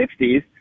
1960s